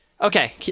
okay